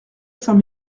saint